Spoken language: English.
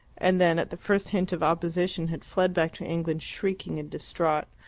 and then, at the first hint of opposition, had fled back to england shrieking and distraught.